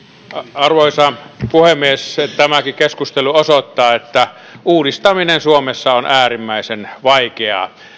arvoisa puhemies tämäkin keskustelu osoittaa että uudistaminen suomessa on äärimmäisen vaikeaa